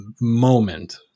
moment